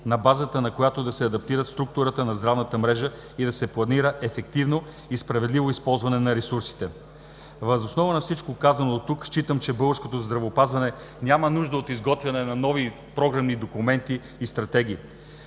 на базата на която да се адаптира структурата на здравната мрежа и да се планира ефективно и справедливо използване на ресурсите. Въз основа на всичко казано дотук считам, че българското здравеопазване няма нужда от изготвяне на нови програмни документи и стратегии.